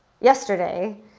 yesterday